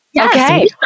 Okay